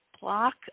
block